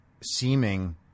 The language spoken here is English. seeming